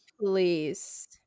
Please